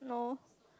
no